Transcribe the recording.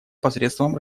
посредством